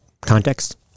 context